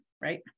right